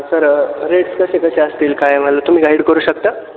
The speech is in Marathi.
सर रेट्स कसे कसे असतील काय मला तुम्ही गाईड करू शकता